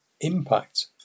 impact